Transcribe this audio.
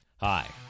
Hi